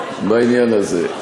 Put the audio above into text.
בעניין הזה.